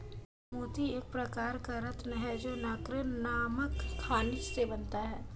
मोती एक प्रकार का रत्न है जो नैक्रे नामक खनिज से बनता है